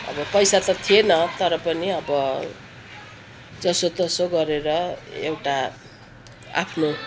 अब पैसा त थिएन तर पनि अब जसोतसो गरेर एउटा आफ्नो